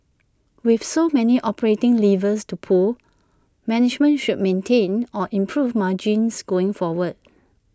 with so many operating levers to pull management should maintain or improve margins going forward